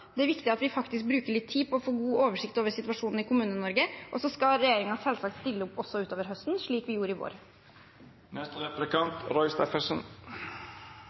Det er viktig at vi faktisk bruker litt tid på å få god oversikt over situasjonen i Kommune-Norge. Og så skal regjeringen selvsagt stille opp også utover høsten, slik vi gjorde i vår.